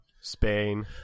Spain